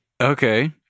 Okay